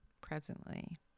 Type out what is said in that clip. presently